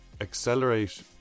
accelerate